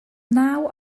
naw